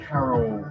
Carol